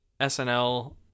SNL